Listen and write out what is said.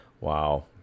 wow